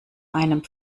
einem